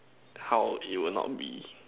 how it will not be